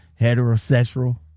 heterosexual